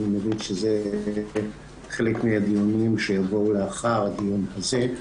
אני מבין שזה חלק מהדיונים שיבואו לאחר הדיון זה.